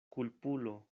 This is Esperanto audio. kulpulo